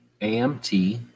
AMT